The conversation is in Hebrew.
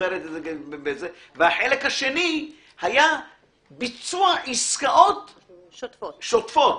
והחלק השני היה ביצוע עסקאות שוטפות.